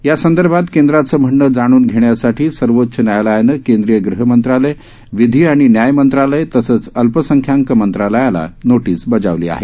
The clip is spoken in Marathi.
यासंदर्भात केंद्राचं म्हणणं जाणून घेण्यासाठी सर्वोच्च न्यायालयानं केंद्रीय गृह मंत्रालय विधी आणि न्याय मंत्रालय तसंच अल्पसंख्याक मंत्रालयाला नोटीस बजावली आहे